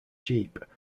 jeep